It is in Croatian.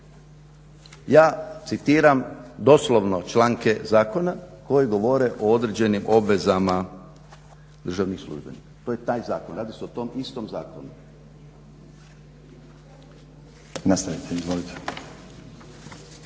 Ja citiram doslovno članke zakona koji govore o određenim obvezama državnih službenika. To je taj zakon. Radi se o tom istom zakonu.